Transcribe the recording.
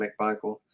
McMichael